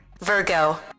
Virgo